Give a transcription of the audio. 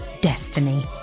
destiny